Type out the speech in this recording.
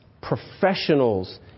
professionals